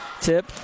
tip